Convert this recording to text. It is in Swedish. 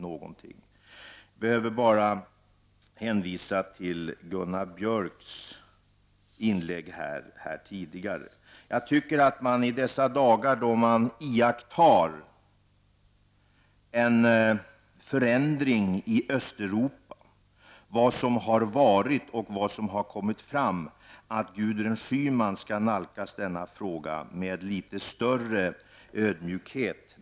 Jag behöver bara hänvisa till Gunnar Björks inlägg tidigare i debatten. Dessa dagar då vi iakttar en förändring i Östeuropa och ser vad som har varit och vad som kommit fram borde Gudrun Schyman nalkas denna fråga med litet större ödmjukhet.